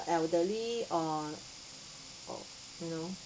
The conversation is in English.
elderly or or you know